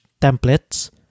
templates